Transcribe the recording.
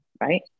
right